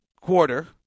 quarter